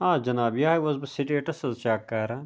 آ جِناب یِہَے اوسُس بہٕ سِٹیٹَس حظ چیک کَران